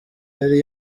yari